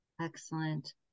Excellent